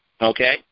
okay